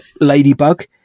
ladybug